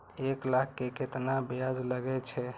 एक लाख के केतना ब्याज लगे छै?